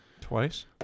Twice